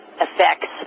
effects